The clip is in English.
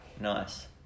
Nice